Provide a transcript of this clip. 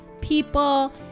people